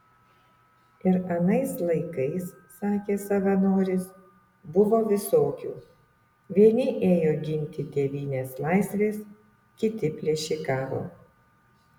ir anais laikais sakė savanoris buvo visokių vieni ėjo ginti tėvynės laisvės kiti plėšikavo